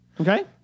Okay